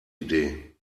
idee